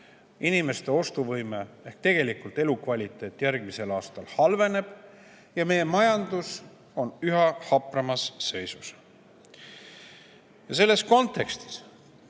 inimeste ostuvõime ehk tegelikult elukvaliteet järgmisel aastal halveneb ja meie majandus on üha hapramas seisus. Selles kontekstis